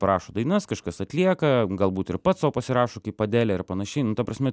parašo dainas kažkas atlieka galbūt ir pats sau pasirašo kaip adelė ir panašiai nu ta prasme